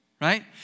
Right